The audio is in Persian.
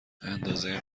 اندازه